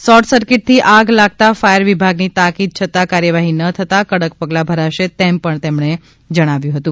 short સર્કિટથી આગ લાગતા ફાયર વિભાગની તાકીદ છતાં કાર્યવાહી ન થતાં કડક પગલાં ભરાશે તેમ પણ તેમણે જણાવ્યું હતું